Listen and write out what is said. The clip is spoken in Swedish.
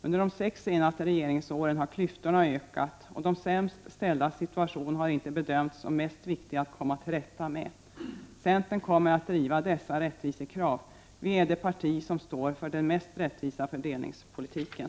Under de sex senaste regeringsåren har klyftorna ökat, och de sämst ställdas situation har inte bedömts som mest viktig att komma till rätta med. Centern kommer att driva dessa rättvisekrav. Vi är det parti som står för den mest rättvisa fördelningspolitiken.